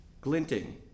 glinting